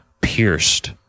pierced